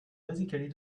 basically